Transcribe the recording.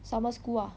summer school ah